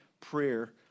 prayer